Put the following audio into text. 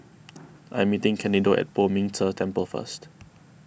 I am meeting Candido at Poh Ming Tse Temple first